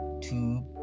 two